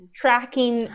tracking